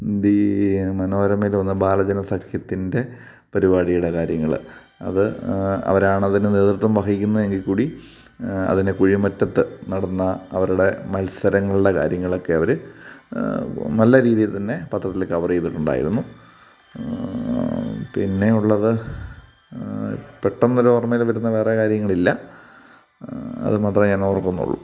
മനോരമയിൽ വന്ന ബാലജനസഖ്യത്തിൻ്റെ പരിപാടിയുടെ കാര്യങ്ങൾ അത് അവരാണതിന് നേതൃത്വം വഹിക്കുന്നതെങ്കിൽക്കൂടി അതിന് കുഴിമറ്റത്ത് നടന്ന അവരുടെ മത്സരങ്ങളുടെ കാര്യങ്ങളൊക്കെയവർ നല്ല രീതിയിൽത്തന്നെ പത്രത്തിൽ കവർ ചെയ്തിട്ടുണ്ടായിരുന്നു പിന്നെ ഉള്ളത് പെട്ടെന്നൊരോർമ്മയിൽ വരുന്ന വേറെ കാര്യങ്ങളില്ല അത് മാത്രമേ ഞാനോർക്കുന്നുള്ളൂ